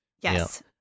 Yes